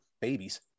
babies